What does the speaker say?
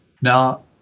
Now